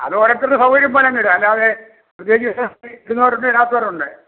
അത് ഓരോരുത്തരുടെ സൗകര്യം പോലെയങ്ങ് ഇടുക അല്ലാതെ ഇടുന്നവരുമുണ്ട് ഇടാത്തവരുമുണ്ട് ആ